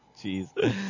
Jeez